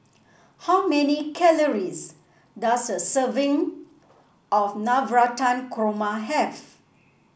how many calories does a serving of Navratan Korma have